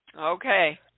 Okay